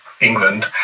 England